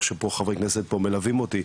שחברי כנסת מסיעות שונות מלווים אותי,